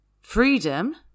freedom